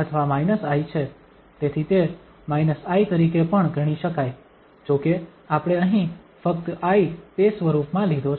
અથવા i છે તેથી તે i તરીકે પણ ગણી શકાય જો કે આપણે અહીં ફક્ત i તે સ્વરૂપમાં લીધો છે